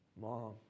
Mom